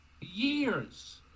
Years